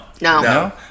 no